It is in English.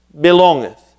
belongeth